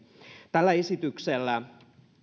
tällä esityksellä